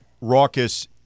raucous